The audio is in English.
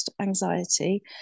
anxiety